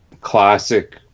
classic